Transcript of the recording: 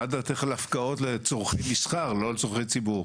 מה דעתך על הפקעות לצורך מסחר ולא לצרכי ציבור?